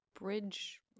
bridge